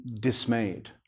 dismayed